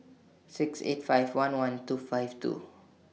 six eight five one one two five two